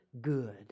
good